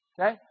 Okay